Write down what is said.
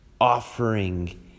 offering